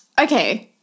Okay